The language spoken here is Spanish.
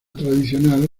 tradicional